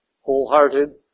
wholehearted